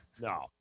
No